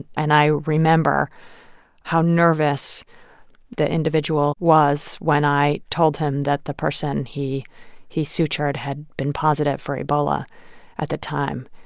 and i remember how nervous the individual was when i told him that the person he he sutured had been positive for ebola at the time.